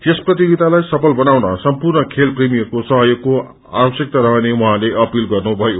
यो प्रतियोगितालाई सफल बनाउन सम्पूर्ण खेल प्रेमीहरूको सहयोगको आवश्यकता रहने उहाँले अपील गर्नुभयो